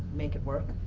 make it work?